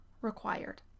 required